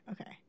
okay